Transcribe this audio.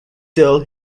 tell